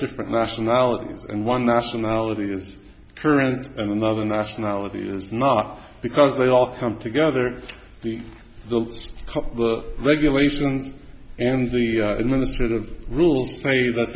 different nationality and one nationality is current and another nationality is not because they all come together the the the regulations and the administrative rules say